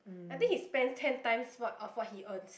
I think he spend ten times what of what he earns